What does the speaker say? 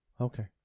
Okay